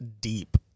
deep